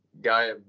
guy